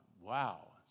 wow